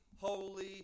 holy